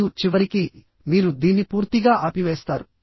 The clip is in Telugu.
మరియు చివరికి మీరు దీన్ని పూర్తిగా ఆపివేస్తారు